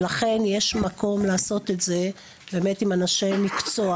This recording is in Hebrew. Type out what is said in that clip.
ולכן יש מקום לעשות את זה באמת עם אנשי מקצוע.